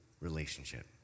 relationship